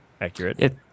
accurate